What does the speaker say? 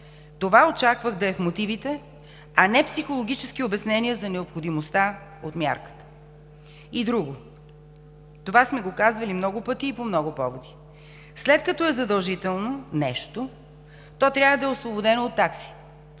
Това очаквах да е в мотивите, а не психологически обяснения за необходимостта от мярката. И друго, това сме го казвали много пъти и по много поводи – след като нещо е задължително, то трябва да е освободено от такси